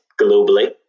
globally